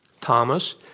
Thomas